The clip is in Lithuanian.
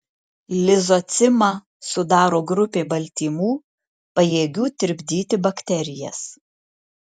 lizocimą sudaro grupė baltymų pajėgių tirpdyti bakterijas